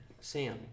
Sam